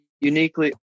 uniquely